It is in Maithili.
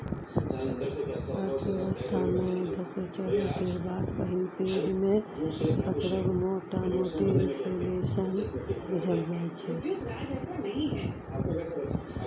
अर्थव्यवस्था मे घोकचब केर बाद पहिल फेज मे पसरब मोटामोटी रिफ्लेशन बुझल जाइ छै